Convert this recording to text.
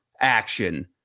action